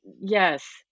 Yes